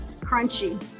Crunchy